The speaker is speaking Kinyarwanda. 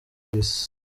peace